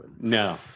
No